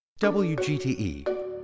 WGTE